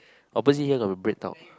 opposite here got BreadTalk